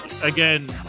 Again